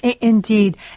Indeed